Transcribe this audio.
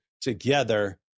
together